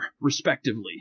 respectively